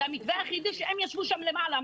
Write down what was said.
זה המתווה היחיד שהם ישבו שם למעלה,